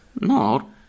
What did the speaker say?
No